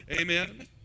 amen